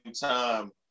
time-